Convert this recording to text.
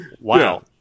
wow